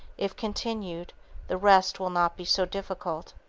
if continued the rest will not be so difficult.